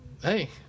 hey